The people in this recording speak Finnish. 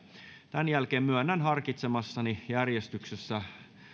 tämän jälkeen puhemies myöntää harkitsemassaan järjestyksessä